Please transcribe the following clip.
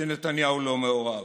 שנתניהו לא מעורב?